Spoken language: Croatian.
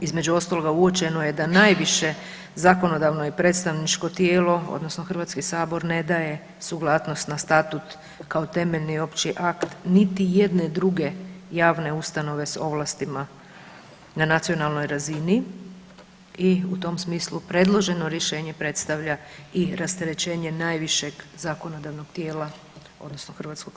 Između ostaloga uočeno je da najviše zakonodavno i predstavničko tijelo odnosno HS ne daje suglasnost na statut kao temeljni i opći akt niti jedne druge javne ustanove s ovlastima na nacionalnoj razini i u tom smislu predloženo rješenje predstavlja i rasterećenje najvišeg zakonodavnog tijela odnosno HS.